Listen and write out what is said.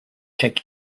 check